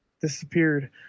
disappeared